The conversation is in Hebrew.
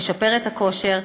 משפר את הכושר,